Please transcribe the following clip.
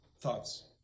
Thoughts